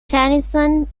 tennyson